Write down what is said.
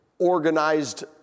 organized